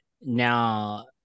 now